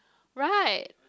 right